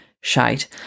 shite